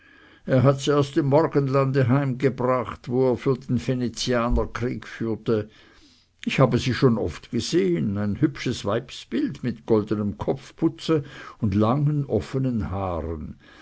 er hat sie aus dem morgenlande heimgebracht wo er für den venezianer krieg führte ich habe sie schon oft gesehen ein hübsches weibsbild mit goldenem kopfputze und langen offenen haaren